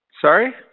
Sorry